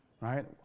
right